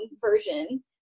version